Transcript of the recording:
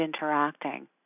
interacting